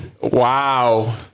Wow